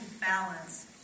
balance